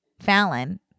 Fallon